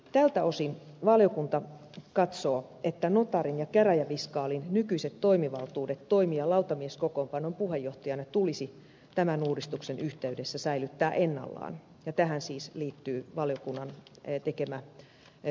tältä osin valiokunta katsoo että notaarin ja käräjäviskaalin nykyiset toimivaltuudet toimia lautamieskokoonpanon puheenjohtajana tulisi tämän uudistuksen yhteydessä säilyttää ennallaan ja tähän siis liittyy valiokunnan tekemä pykälämuutosehdotus